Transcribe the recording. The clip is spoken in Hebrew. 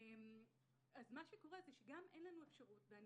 מה שקורה, שאין לנו אפשרות לערער.